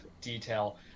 detail